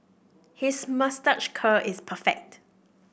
his moustache curl is perfect